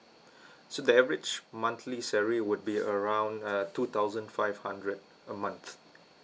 so the average monthly salary would be around uh two thousand five hundred a month